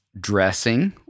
dressing